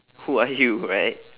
who are you right